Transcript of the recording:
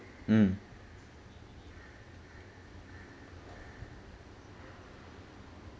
mm